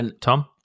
Tom